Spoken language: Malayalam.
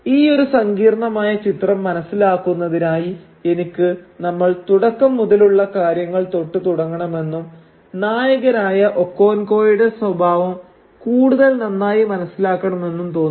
ഈയൊരു സങ്കീർണമായ ചിത്രം മനസ്സിലാക്കുന്നതിനായി എനിക്ക് നമ്മൾ തുടക്കം മുതലുള്ള കാര്യങ്ങൾ തൊട്ടു തുടങ്ങണമെന്നും നായകനായ ഒക്കോൻകോയുടെ സ്വഭാവം കൂടുതൽ നന്നായി മനസ്സിലാക്കണമെന്നും തോന്നുന്നു